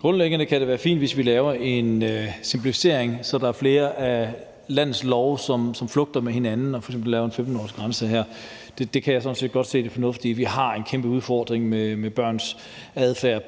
Grundlæggende kan det være fint, hvis vi laver en simplificering, så der er flere af landets love, som flugter med hinanden, og at vi f.eks. laver en 15-årsgrænse her. Det kan jeg sådan set godt se det fornuftige i. Vi har en kæmpe udfordring med børns adfærd